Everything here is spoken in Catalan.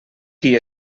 qui